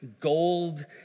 gold